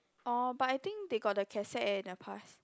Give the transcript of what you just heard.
orh but I think they got the cassette eh in the past